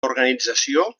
organització